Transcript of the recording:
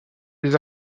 des